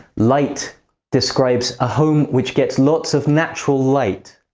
light describes a home which gets lot of natural light.